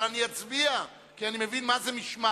אבל אני אצביע, כי אני מבין מה זה משמעת.